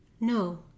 No